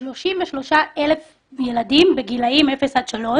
ו-33,000 ילדים בגילאים אפס עד שלוש